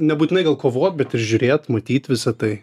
nebūtinai gal kovot bet ir žiūrėt matyt visa tai